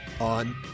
on